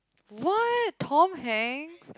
what Tom-Hanks